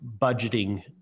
budgeting